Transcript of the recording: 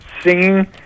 singing